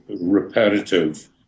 repetitive